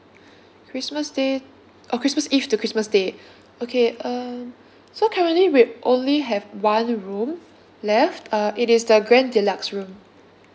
christmas day oh christmas eve to christmas day okay um so currently we only have [one] room left uh it is the grand deluxe room